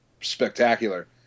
spectacular